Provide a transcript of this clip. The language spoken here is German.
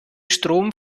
strom